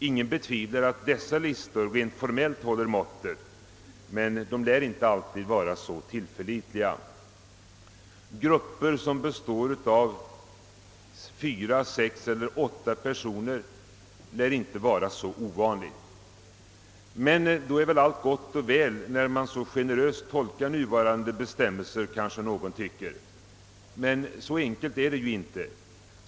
Ingen betvivlar att dessa listor rent formellt håller måttet, men de lär inte alltid vara så tillförlitliga. Grupper som består av fyra, sex eller åtta personer lär inte vara så ovanliga. Då är allt gott och väl när man så generöst tolkar nuvarande bestämmelser, kanske någon tycker. Men så enkelt är det inte.